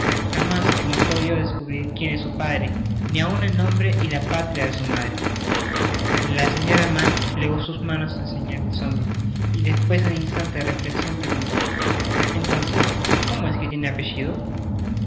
hemos podido descubrir quien es su padre ni aun el nombre y la patria de su madre la señora mann plegó sus manos en señal de asombro y despues de un instante de refiecsion preguntó entonces como es que tiene un apellido